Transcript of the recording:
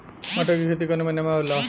मटर क खेती कवन महिना मे होला?